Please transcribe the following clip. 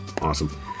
Awesome